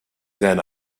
then